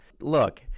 Look